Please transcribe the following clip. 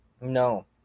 No